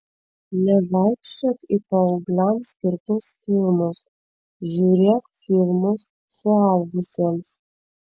nevaikščiok į paaugliams skirtus filmus žiūrėk filmus suaugusiems